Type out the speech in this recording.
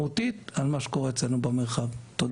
משמעותית על המרחב שבו אנחנו חיים, תודה.